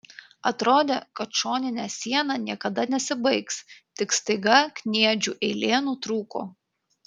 atrodė kad šoninė siena niekada nesibaigs tik staiga kniedžių eilė nutrūko